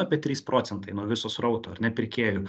apie trys procentai nuo viso srauto ar ne pirkėjų